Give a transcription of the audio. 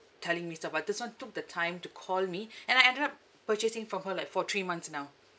telling me so but this one took the time to call me and I ended up purchasing from her like for three months now